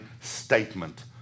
statement